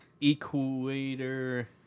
Equator